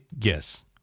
Yes